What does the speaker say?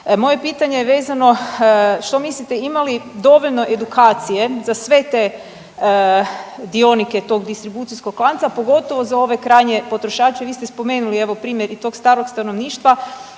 Moje pitanje vezano, što mislite ima li dovoljno edukacije za sve te dionike tog distribucijskog lanca, pogotovo za ove krajnje potrošače, vi ste spomenuli, evo primjer i tog starog stanovništva